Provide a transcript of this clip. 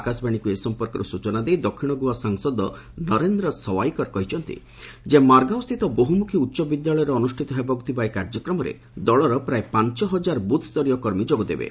ଆକାଶବାଣୀକୁ ଏ ସଂପର୍କରେ ସୂଚନା ଦେଇ ଦକ୍ଷିଣ ଗୋଆ ସାଂସଦ ନରେନ୍ଦ୍ର ସୱାଇକର କହିଛନ୍ତି ଯେ ମାର୍ଗାଓସ୍ଥିତ ବହୁମୁଖୀ ଉଚ୍ଚବିଦ୍ୟାଳୟରେ ଅନୁଷ୍ଠିତ ହେବାକୁ ଥିବା ଏହି କାର୍ଯ୍ୟକ୍ରମରେ ଦଳର ପ୍ରାୟ ପାଞ୍ଚ ହଜାର ବୁଥ୍ସରୀୟ କର୍ମୀ ଯୋଗଦେବେ